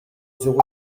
zéro